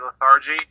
lethargy